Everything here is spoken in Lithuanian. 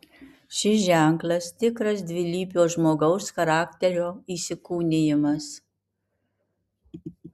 šis ženklas tikras dvilypio žmogaus charakterio įsikūnijimas